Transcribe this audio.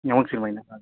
यो मङ्सिर महिना